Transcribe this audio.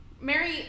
Mary